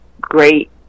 great